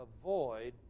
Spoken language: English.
avoid